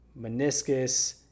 meniscus